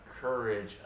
courage